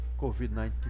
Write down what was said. COVID-19